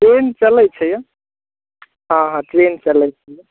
train चलय छै यौ हँ हँ ट्रेन चलय छै